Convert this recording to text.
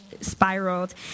spiraled